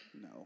No